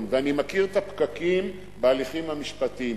ואני מכיר את הפקקים בהליכים המשפטיים.